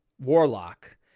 warlock